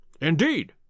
Indeed